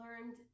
learned